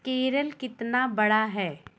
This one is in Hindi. केरल कितना बड़ा है